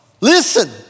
listen